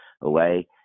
away